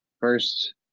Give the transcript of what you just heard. first